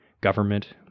government